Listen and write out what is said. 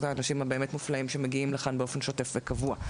האנשים המופלאים שמגיעים לכאן באופן שוטף וקבוע.